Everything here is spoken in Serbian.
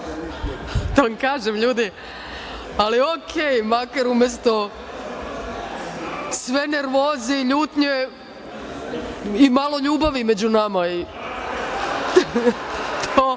Da vam kažem, ljudi, makar umesto sve nervoze i ljutnje i malo ljubavi među nama